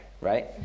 Right